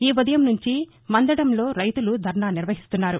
ఈ ఉదయం నుంచి మందడంలో రైతులు ధర్నా నిర్వహిస్తున్నారు